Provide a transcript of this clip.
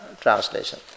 translation